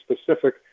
specific